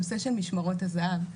הנושא של משמרות הזה"ב,